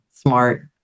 smart